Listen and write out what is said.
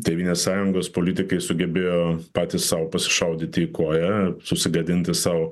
tėvynės sąjungos politikai sugebėjo patys sau pasišaudyti į koją susigadinti sau